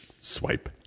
Swipe